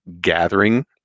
gathering